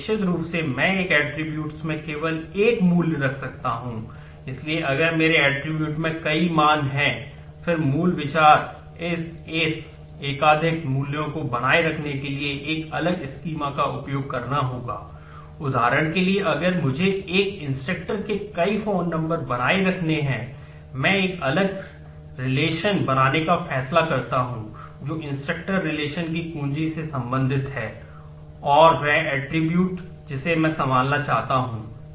तो निश्चित रूप से मैं एक ऐट्रिब्यूट जिसे मैं सम्भलना चाहता हूं